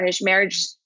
marriage